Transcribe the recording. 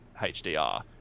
HDR